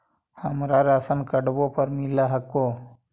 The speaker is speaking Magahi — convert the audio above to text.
हमरा राशनकार्डवो पर मिल हको?